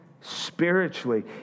spiritually